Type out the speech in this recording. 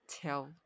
tell